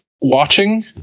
Watching